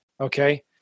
Okay